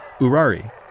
Urari